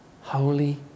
holy